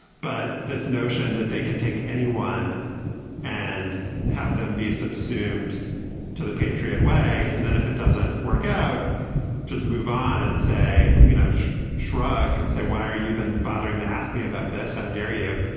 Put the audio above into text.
but this notion that they can take anyone and have them be subsumed to the patriot way. and then if it doesn't work out just move on and say you know shrug and say why are you even bothering to ask me about this how dare you.